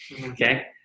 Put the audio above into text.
okay